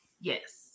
Yes